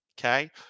Okay